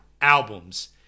albums